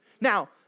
Now